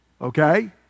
okay